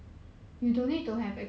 ah